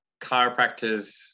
chiropractors